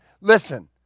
listen